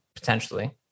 Potentially